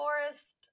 forest